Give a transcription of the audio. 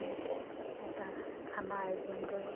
এটা খানাৰ আয়োজন কৰে